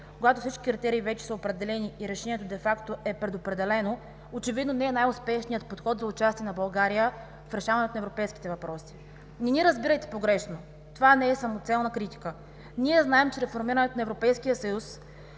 когато всички артерии вече са определени и решението де факто е предопределено, очевидно не е най-успешният подход за участие на България в решаването на европейските въпроси. Не ни разбирайте погрешно! Това не е самоцелна критика. Ние знаем, че реформирането на Европейския съюз